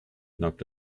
knocked